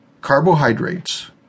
carbohydrates